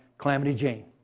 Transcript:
calamity jane.